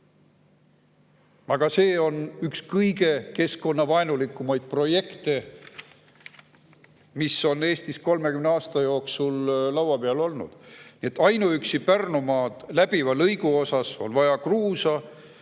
Aga see on üks kõige keskkonnavaenulikumaid projekte, mis on Eestis 30 aasta jooksul laua peal olnud. Ainuüksi Pärnumaad läbiva lõigu jaoks on vaja kruusa